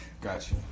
Gotcha